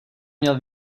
měl